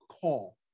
call